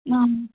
اہن